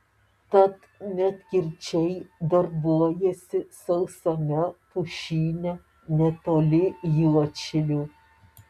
tad medkirčiai darbuojasi sausame pušyne netoli juodšilių